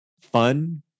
Fun